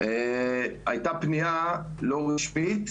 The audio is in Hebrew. הייתה פניה לא רשמית,